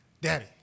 Daddy